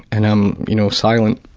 and i'm you know, silent.